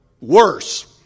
worse